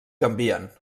canvien